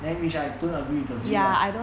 then which I don't agree with the view lah